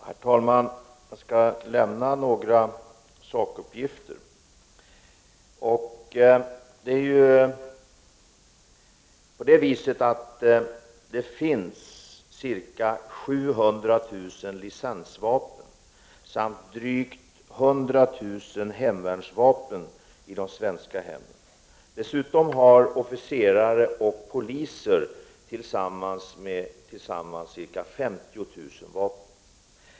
Herr talman! Jag skall lämna några sakuppgifter. Det finns ca 700 000 licensvapen samt drygt 100 000 hemvärnsvapen i de svenska hemmen. Dessutom har officerare och poliser tillsammans ca 50 000 vapen.